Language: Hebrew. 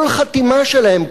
כל חתימה שלהם,